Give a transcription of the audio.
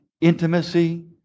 intimacy